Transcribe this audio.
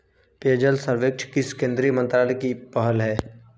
पेयजल सर्वेक्षण किस केंद्रीय मंत्रालय की पहल है?